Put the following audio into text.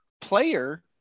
player